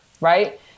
Right